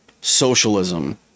socialism